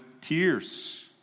tears